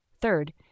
Third